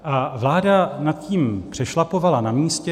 A vláda nad tím přešlapovala na místě.